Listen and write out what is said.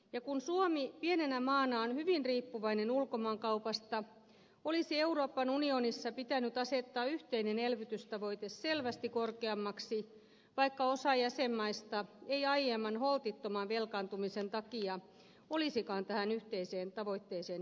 ja kun suomi pienenä maana on hyvin riippuvainen ulkomaankaupasta olisi euroopan unionissa pitänyt asettaa yhteinen elvytystavoite selvästi korkeammaksi vaikka osa jäsenmaista ei aiemman holtittoman velkaantumisen takia olisikaan tähän yhteiseen tavoitteeseen yltänyt